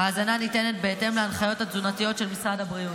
ההזנה ניתנת בהתאם להנחיות התזונתיות של משרד הבריאות.